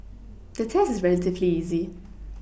the test is relatively easy